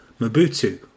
Mobutu